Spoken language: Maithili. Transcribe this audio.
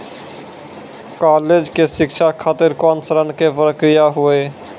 कालेज के शिक्षा खातिर कौन ऋण के प्रक्रिया हुई?